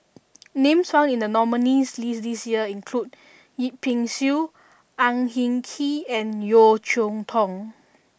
names found in the nominees' list this year include Yip Pin Xiu Ang Hin Kee and Yeo Cheow Tong